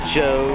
Show